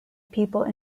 people